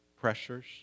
pressures